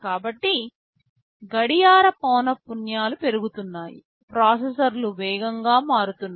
కాబట్టి గడియార పౌనపున్యాలు పెరుగుతున్నాయి ప్రాసెసర్లు వేగంగా మారుతున్నాయి